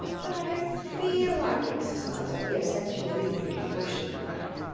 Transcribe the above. but i don't feel and like exercising. yes, that's your limbic emotional brain,